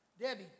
Debbie